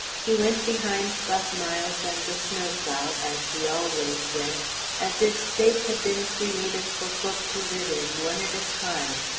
he went behind buff miles and the snowplow as he always went as if space had been created for folk to live in one at a time,